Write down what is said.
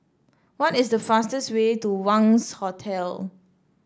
what is the fastest way to Wangz Hotel